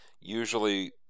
Usually